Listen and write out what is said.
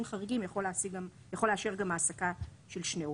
חריגים יכול לאשר גם העסקה של שני עובדים.